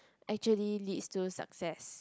actually leads to success